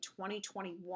2021